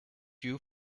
you